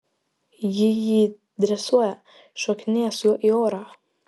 ji jį dresuoja šokinėja su juo į orą